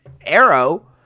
Arrow